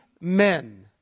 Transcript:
men